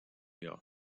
york